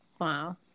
wow